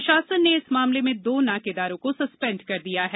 प्रशासन ने इस मामले में दो नाकेदारों को सस्पेंड कर दिया है